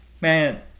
man